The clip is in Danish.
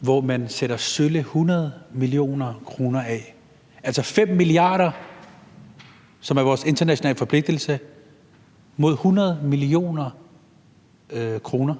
hvor man sætter sølle 100 mio. kr. af? Altså, 5 mia. kr., som er vores internationale forpligtelse, mod 100 mio. kr.,